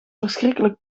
verschrikkelijk